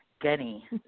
Gunny